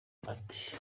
ati